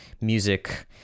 music